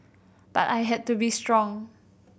but I had to be strong